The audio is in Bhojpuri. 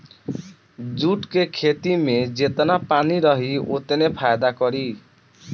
जूट के खेती में जेतना पानी रही ओतने फायदा करी